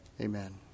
Amen